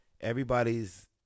everybody's